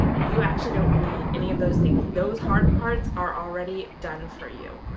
you actually don't need any of those things. those hard parts are already done for you.